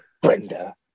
Brenda